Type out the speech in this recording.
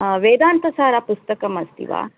वेदान्तसारपुस्तकमस्ति वा